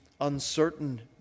uncertain